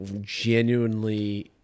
genuinely